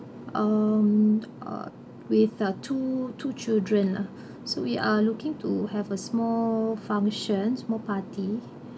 um uh with the two two children lah so we are looking to have a small functions small party